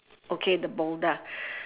okay the boulder